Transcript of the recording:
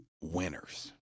winners